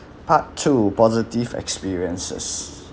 part two positive experiences